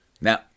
Now